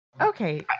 Okay